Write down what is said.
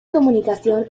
comunicación